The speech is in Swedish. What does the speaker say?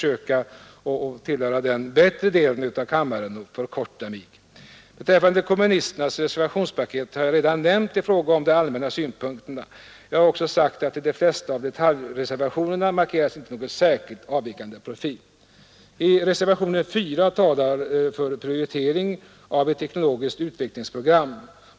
Jag skall försöka komma i den bättre kategorin genom att förkorta mitt anförande. Vad beträffar kommunisternas reservationspaket har jag redan berört de allmänna synpunkterna. Jag har också sagt att de flesta detaljreservationerna inte markerar någon särskilt avvikande profil. Reservationen 4 talar för prioritering av ett teknologiskt utvecklingsprogram.